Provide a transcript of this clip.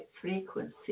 frequency